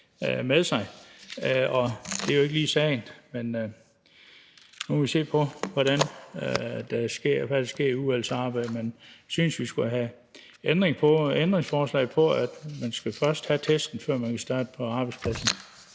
det er jo ikke lige sagen. Men nu må vi se på, hvad der sker i udvalgsarbejdet. Men jeg synes, vi skulle have et ændringsforslag om, at man først skal have testen, før man kan starte på arbejdspladsen.